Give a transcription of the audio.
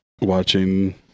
watching